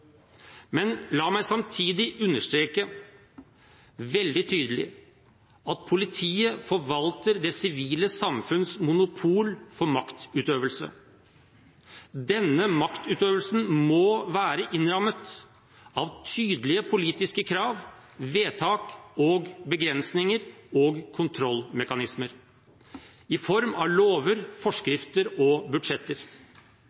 Men la meg samtidig understreke veldig tydelig at politiet forvalter det sivile samfunns monopol for maktutøvelse. Denne maktutøvelsen må være innrammet av tydelige politiske krav, vedtak, begrensninger og kontrollmekanismer i form av lover, forskrifter og budsjetter.